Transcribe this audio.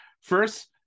First